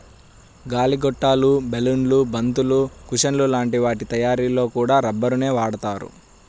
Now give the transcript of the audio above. గాలి గొట్టాలు, బెలూన్లు, బంతులు, కుషన్ల లాంటి వాటి తయ్యారీలో కూడా రబ్బరునే వాడతారు